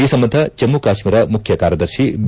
ಈ ಸಂಬಂಧ ಜಮ್ಮ ಕಾಶ್ಮೀರ ಮುಖ್ಯ ಕಾರ್ಯದರ್ಶಿ ಬಿ